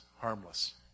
harmless